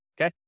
okay